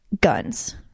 guns